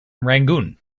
rangoon